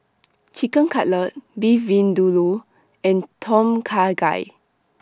Chicken Cutlet Beef Vindaloo and Tom Kha Gai